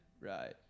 Right